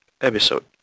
episode